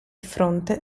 fronte